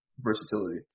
versatility